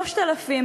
כלום.